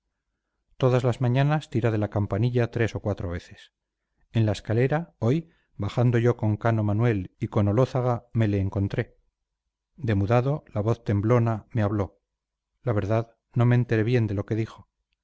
todas las mañanas tira de la campanilla tres o cuatro veces en la escalera hoy bajando yo con cano manuel y con olózaga me le encontré demudado la voz temblona me habló la verdad no me enteré bien de lo que dijo